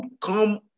come